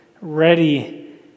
ready